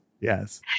yes